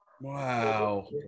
Wow